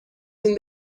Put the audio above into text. این